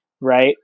right